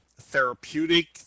therapeutic